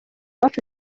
uwacu